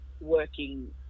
working